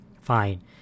fine